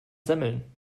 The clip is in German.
semmeln